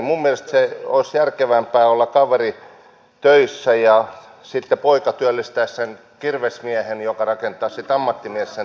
minun mielestäni olisi järkevämpää olla kaverin töissä ja sitten poika työllistäisi sen kirvesmiehen joka rakentaisi sitten ammattimies sen talon